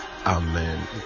Amen